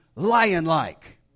Lion-like